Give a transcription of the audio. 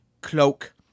cloak